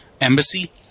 Embassy